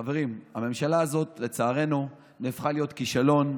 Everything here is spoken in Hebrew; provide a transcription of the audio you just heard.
חברים, הממשלה הזאת, לצערנו, הפכה להיות כישלון.